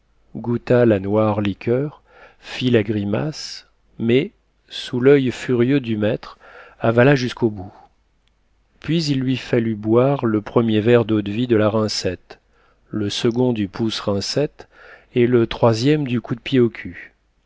goûta la noire liqueur fit la grimace mais sous l'oeil furieux du maître avala jusqu'au bout puis il lui fallut boire le premier verre d'eau-de-vie de la rincette le second du pousse rincette et le troisième du coup de pied au cul